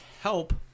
help